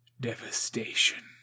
Devastation